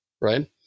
right